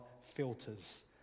filters